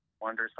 wonder